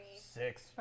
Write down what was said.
Six